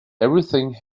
everything